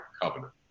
covenant